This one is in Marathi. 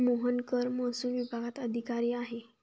मोहन कर महसूल विभागात अधिकारी आहे